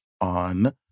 on